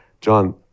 John